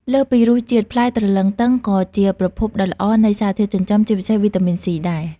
លើសពីរសជាតិ ផ្លែទ្រលឹងទឹងក៏ជាប្រភពដ៏ល្អនៃសារធាតុចិញ្ចឹម ជាពិសេស វីតាមីន ស៊ីដែរ។